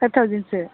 five थावजेनसो